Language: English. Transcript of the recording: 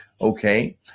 Okay